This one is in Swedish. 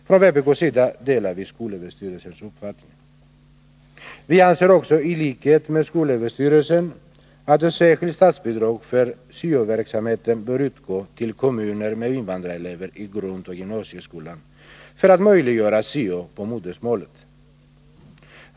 Från vpk:s sida delar vi skolöverstyrelsens uppfattning. Vi anser också i likhet med skolöverstyrelsen att ett särskilt statsbidrag för syo-verksamheten bör utgå till kommuner med invandrarelever i grundoch gymnasieskolan, för att möjliggöra syo på modersmålet.